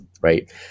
right